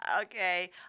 Okay